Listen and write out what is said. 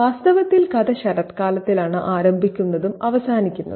വാസ്തവത്തിൽ കഥ ശരത്കാലത്തിലാണ് ആരംഭിക്കുന്നതും അവസാനിക്കുന്നതും